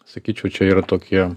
sakyčiau čia yra tokie